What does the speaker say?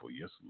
yes